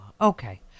Okay